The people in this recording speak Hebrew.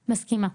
מסכימה.